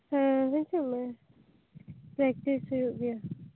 ᱦᱮᱸ ᱦᱤᱡᱩᱜ ᱢᱮ ᱯᱮᱠᱴᱤᱥ ᱦᱩᱭᱩᱜ ᱜᱮᱭᱟ